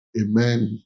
amen